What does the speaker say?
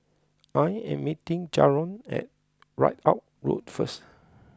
I am meeting Jaron at Ridout Road first